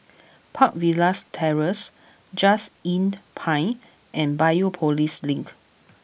Park Villas Terrace Just Inn Pine and Biopolis Link